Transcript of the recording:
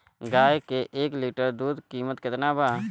गाय के एक लिटर दूध के कीमत केतना बा?